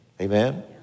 Amen